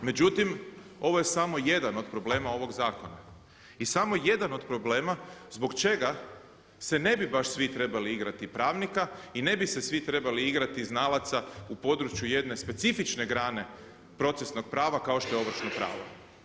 Međutim ovo je samo jedan od problema ovog zakona i samo jedan od problema zbog čega se ne bi baš svi trebali igrati pravnika i ne bi se svi trebali igrati znalaca u području jedne specifične grane procesnog prava kao što je ovršno pravo.